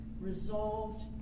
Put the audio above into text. resolved